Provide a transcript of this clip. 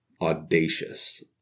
Audacious